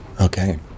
Okay